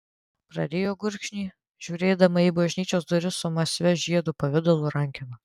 prarijo gurkšnį žiūrėdama į bažnyčios duris su masyvia žiedo pavidalo rankena